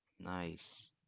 Nice